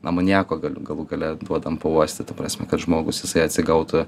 amoniako galų gale duodam pauostyt ta prasme kad žmogus jisai atsigautų